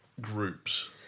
groups